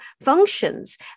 functions